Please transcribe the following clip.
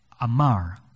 Amar